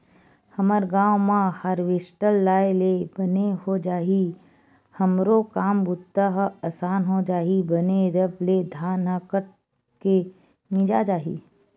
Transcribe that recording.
हमर गांव म हारवेस्टर आय ले बने हो जाही हमरो काम बूता ह असान हो जही बने रब ले धान ह कट के मिंजा जाही